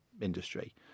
industry